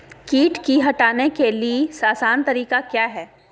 किट की हटाने के ली आसान तरीका क्या है?